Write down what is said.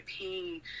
pain